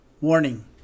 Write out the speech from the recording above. Warning